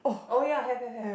oh ya have have have